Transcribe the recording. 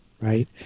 right